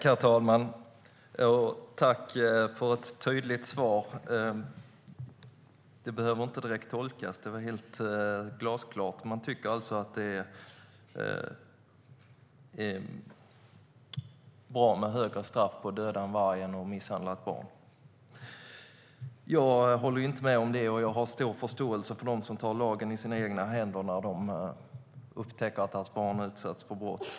Herr talman! Jag tackar statsrådet för ett tydligt svar. Det behöver inte direkt tolkas, utan det är helt glasklart. Man tycker alltså att det är bra med högre straff för att döda en varg än att misshandla ett barn. Jag håller inte med om det, och jag har stor förståelse för dem som tar lagen i egna händer när de upptäcker att deras barn har utsatts för brott.